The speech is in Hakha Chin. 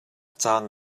cang